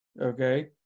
Okay